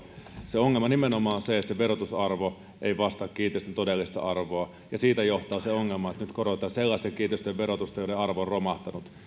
ongelma on nimenomaan se että verotusarvo ei vastaa kiinteistön todellista arvoa ja siitä johtaa se ongelma että nyt korotetaan sellaisten kiinteistöjen verotusta joiden arvo on romahtanut